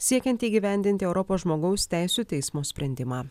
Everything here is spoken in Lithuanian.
siekiant įgyvendinti europos žmogaus teisių teismo sprendimą